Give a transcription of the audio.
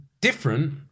different